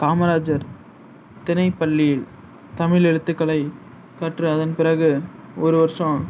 காமராஜர் திணைப் பள்ளியில் தமிழ் எழுத்துக்களை கற்று அதன் பிறகு ஒரு வருஷம்